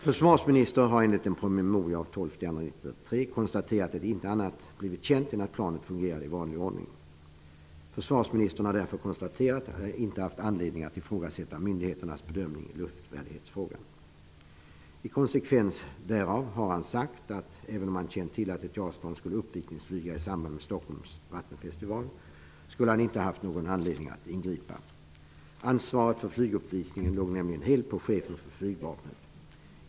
Försvarsministern har enligt en promemoria av den 2 december 1993 konstaterat att inte annat varit känt än att planet fungerade i god ordning. Försvarsministern har därför konstaterat att han inte haft anledning att ifrågasätta myndigheternas bedömning i luftvärdighetsfrågan. I konsekvens därav har han sagt att han, även om han kände till att ett JAS-plan skulle uppvisningsflyga i samband med Stockholms vattenfestival, inte skulle haft någon anledning att ingripa. Ansvaret för flyguppvisningen låg nämligen helt på chefen för flygvapnet.